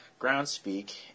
Groundspeak